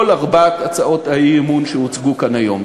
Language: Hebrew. ארבע הצעות האי-אמון שהוצגו כאן היום.